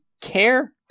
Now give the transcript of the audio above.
care